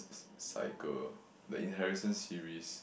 cycle the inheritance series